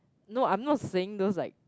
no I'm not saying those like